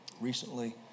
recently